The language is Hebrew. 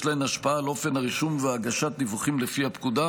להן השפעה על אופן הרישום והגשת דיווחים לפי הפקודה,